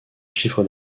chiffre